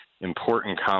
important